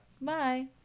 Bye